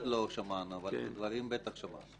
לא שמענו אבל את הדברים בטח שמענו.